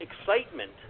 excitement